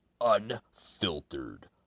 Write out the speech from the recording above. Unfiltered